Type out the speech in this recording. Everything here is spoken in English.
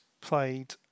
played